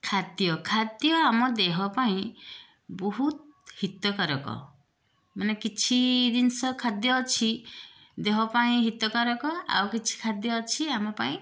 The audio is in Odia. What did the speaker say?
ଖାଦ୍ୟ ଖାଦ୍ୟ ଆମ ଦେହ ପାଇଁ ବହୁତ ହିତକାରକ ମାନେ କିଛି ଜିନିଷ ଖାଦ୍ୟ ଅଛି ଦେହ ପାଇଁ ହିତକାରକ ଆଉ କିଛି ଖାଦ୍ୟ ଅଛି ଆମ ପାଇଁ